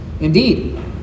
Indeed